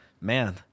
man